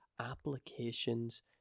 applications